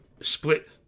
split